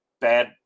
bad